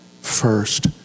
first